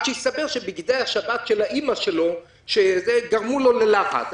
שהסתבר שבגדי השבת של האמא שלו גרמו לו ללחץ.